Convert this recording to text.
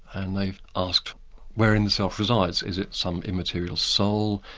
and they've asked wherein the self resides, is it some immaterial soul,